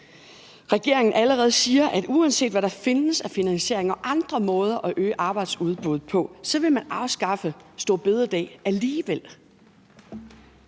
regeringen allerede siger, at uanset hvad der findes af finansieringer og andre måder at øge arbejdsudbuddet på, så vil man afskaffe store bededag alligevel.